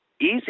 easy